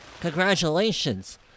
congratulations